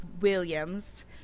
Williams